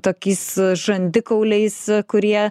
tokiais žandikauliais kurie